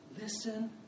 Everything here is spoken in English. Listen